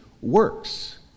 works